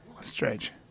Strange